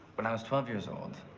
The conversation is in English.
when i was twelve years old,